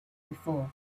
before